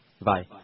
Bye